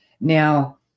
now